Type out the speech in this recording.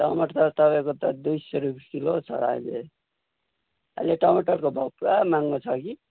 टमाटर तपाईँको त दुई सय रुपियाँ किलो छ त अहिले अहिले टमाटरको भाउ पुरा महङ्गो छ कि